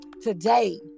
today